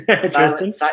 Silent